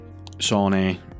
sony